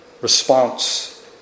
response